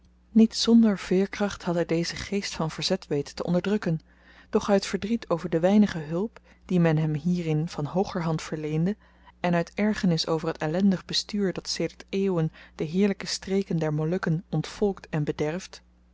niet zonder veerkracht had hy dezen geest van verzet weten te onderdrukken doch uit verdriet over de weinige hulp die men hem hierin van hoogerhand verleende en uit ergernis over t ellendig bestuur dat sedert eeuwen de heerlyke streken der molukken ontvolkt en bederft